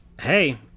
hey